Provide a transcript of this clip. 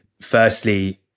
firstly